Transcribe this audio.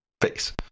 face